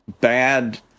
bad